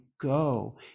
go